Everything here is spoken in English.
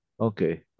okay